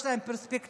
יש להם פרספקטיבה,